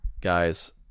guys